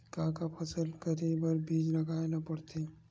का के फसल करे बर बीज लगाए ला पड़थे?